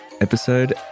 episode